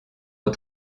aux